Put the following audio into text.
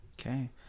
Okay